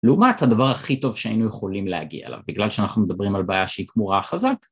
לעומת הדבר הכי טוב שהיינו יכולים להגיע אליו בגלל שאנחנו מדברים על בעיה שהיא כמורה חזק